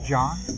John